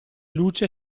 luce